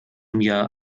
mir